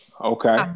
Okay